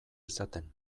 izaten